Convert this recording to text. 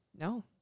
No